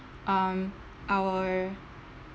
um our